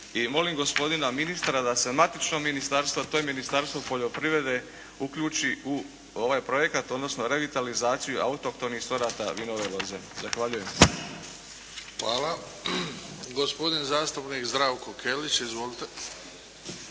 i molim gospodina ministra da sa matično ministarstvo a to je Ministarstvo poljoprivrede uključi u ovaj projekat odnosno revitalizaciju autohtonih sorata vinove loze. Zahvaljujem. **Bebić, Luka (HDZ)** Hvala. Gospodin zastupnik Zdravko Kelić. Izvolite.